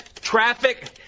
Traffic